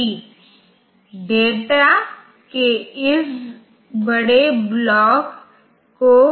तो ऋण 1 के लिए ये सभी बिट्स एक हैं सभी बिट्स एक हैं